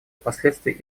последствий